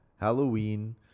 Halloween